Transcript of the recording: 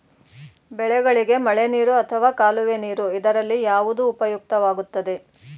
ಬೆಳೆಗಳಿಗೆ ಮಳೆನೀರು ಅಥವಾ ಕಾಲುವೆ ನೀರು ಇದರಲ್ಲಿ ಯಾವುದು ಉಪಯುಕ್ತವಾಗುತ್ತದೆ?